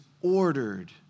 ordered